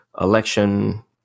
election